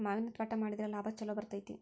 ಮಾವಿನ ತ್ವಾಟಾ ಮಾಡಿದ್ರ ಲಾಭಾ ಛಲೋ ಬರ್ತೈತಿ